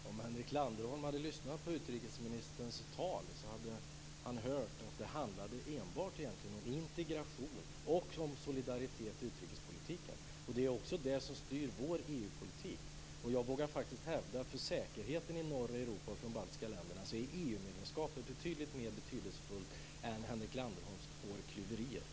Fru talman! Om Henrik Landerholm hade lyssnat på utrikesministerns tal skulle han ha hört att det egentligen enbart handlade om integration och solidaritet i utrikespolitiken. Det är också det som styr vår EU-politik. Jag vågar faktiskt hävda att för säkerheten i norra Europa och för de baltiska länderna är EU medlemskapet betydligt mer betydelsefullt än Henrik